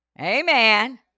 Amen